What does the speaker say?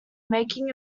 making